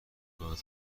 خواهد